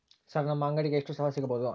Sir ನಮ್ಮ ಅಂಗಡಿಗೆ ಎಷ್ಟು ಸಾಲ ಸಿಗಬಹುದು?